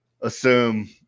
assume